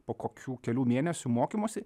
po kokių kelių mėnesių mokymosi